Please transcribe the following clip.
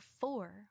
four